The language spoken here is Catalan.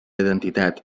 identitat